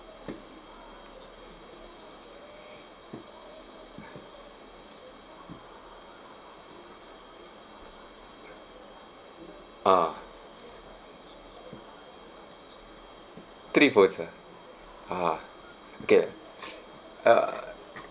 ah trade phones ah a'ah kay or not uh